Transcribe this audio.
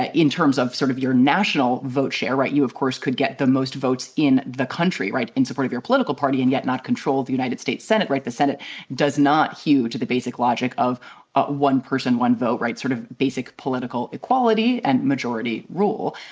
ah in terms of sort of your national vote share, right. you, of course, could get the most votes in the country. right, in support of your political party and yet not control the united states senate. right. the senate does not hew to the basic logic of of one person, one vote. right. sort of basic political equality and majority rule.